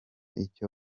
icyo